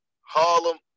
Harlem